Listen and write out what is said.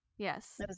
Yes